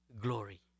glory